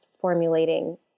formulating